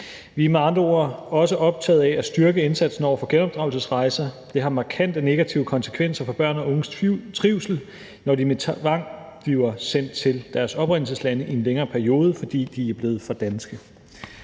Vi er med andre ord også optaget af at styrke indsatsen over for genopdragelsesrejser. Det har markante negative konsekvenser for børn og unges trivsel, når de med tvang bliver sendt til deres oprindelseslande i en længere periode, fordi de er blevet for danske.